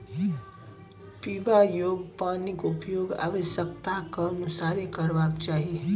पीबा योग्य पानिक उपयोग आवश्यकताक अनुसारेँ करबाक चाही